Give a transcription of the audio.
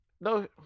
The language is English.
No